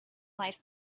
night